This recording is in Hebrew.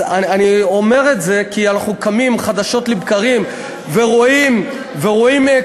אני אומר את זה כי אנחנו קמים חדשות לבקרים ורואים כותרות,